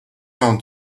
mam